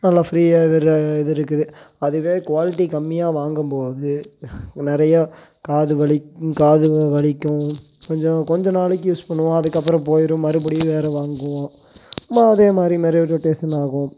நல்லா ஃப்ரீயாக இதில் இது இருக்குது அதுவே குவாலிட்டி கம்மியாக வாங்கும்போது நிறையா காது வலி காது வலிக்கும் கொஞ்சம் கொஞ்சம் நாளைக்கு யூஸ் பண்ணுவோம் அதுக்கப்பறம் போயிடும் மறுபடியும் வேறு வாங்குவோம் அதே மாதிரி மறுபடி ரொட்டேஷன் ஆகும்